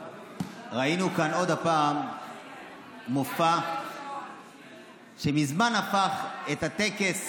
היום ראינו כאן עוד פעם מופע שמזמן הפך את הטקס